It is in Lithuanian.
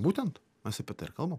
būtent mes apie tai ir kalbam